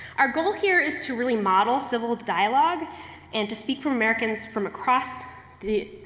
our goal here is to really model civil dialogue and to speak for americans from across the,